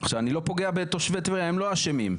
אני לא פוגע בתושבי טבריה, הם לא אשמים.